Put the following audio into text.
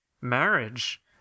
marriage